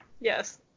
Yes